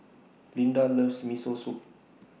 Linda loves Miso Soup